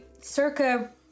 circa